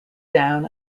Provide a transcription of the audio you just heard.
down